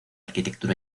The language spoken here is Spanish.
arquitectura